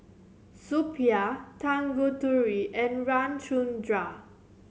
Suppiah Tanguturi and Ramchundra